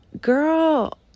Girl